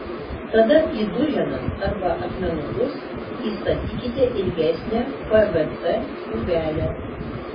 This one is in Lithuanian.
tada į duženas arba akmenukus įstatykite ilgesnę pvc tūbelę